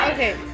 Okay